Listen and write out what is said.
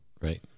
Right